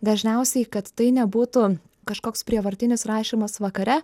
dažniausiai kad tai nebūtų kažkoks prievartinis rašymas vakare